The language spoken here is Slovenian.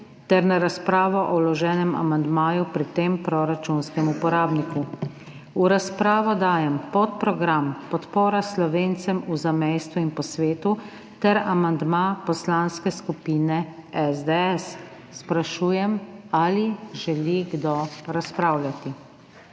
ter na razpravo o vloženem amandmaju pri tem proračunskem uporabniku. V razpravo dajem podprogram Podpora Slovencem v zamejstvu in po svetu ter amandma Poslanske skupine SDS. Sprašujem, ali želi kdo razpravljati.